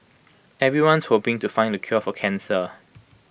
everyone's hoping to find the cure for cancer